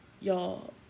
y'all